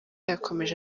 yakomeje